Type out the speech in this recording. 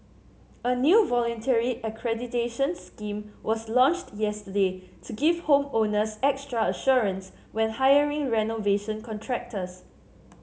a new voluntary accreditation scheme was launched yesterday to give home owners extra assurance when hiring renovation contractors